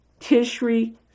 Tishri